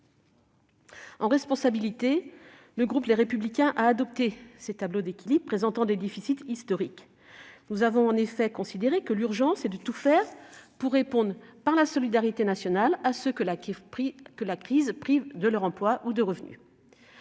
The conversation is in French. En responsabilité, le groupe Les Républicains a adopté ces tableaux d'équilibre présentant des déficits historiques. Nous avons, en effet, considéré que l'urgence était de tout faire pour répondre par la solidarité nationale à ceux que la crise privait de leur emploi ou de revenu.